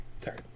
sorry